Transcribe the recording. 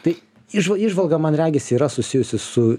tai įžva įžvalga man regis yra susijusi su